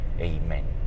amen